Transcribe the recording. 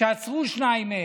שעצרו שניים מהם.